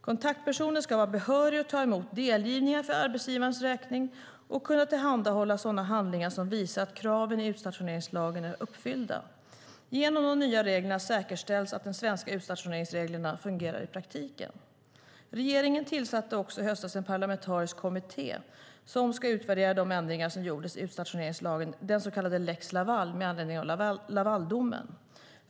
Kontaktpersonen ska vara behörig att ta emot delgivningar för arbetsgivarens räkning och kunna tillhandahålla sådana handlingar som visar att kraven i utstationeringslagen är uppfyllda. Genom de nya reglerna säkerställs att de svenska utstationeringsreglerna fungerar i praktiken. Regeringen tillsatte också i höstas en parlamentarisk kommitté som ska utvärdera de ändringar som gjordes i utstationeringslagen, den så kallade lex Laval, med anledning av Lavaldomen.